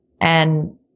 And-